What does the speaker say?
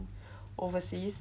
overseas